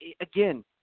again